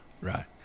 right